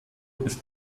ist